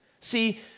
See